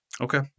Okay